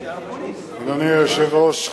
אדוני היושב-ראש,